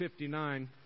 59